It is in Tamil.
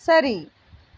சரி